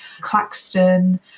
Claxton